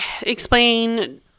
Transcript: explain